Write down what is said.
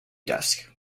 desk